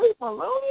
Maloney